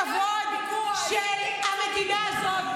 אני אילחם כאן על הכבוד של המדינה הזאת,